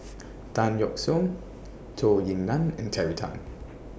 Tan Yeok Seong Zhou Ying NAN and Terry Tan